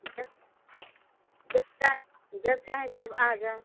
जब जब चाहें जब चाहें तब आ जाएँ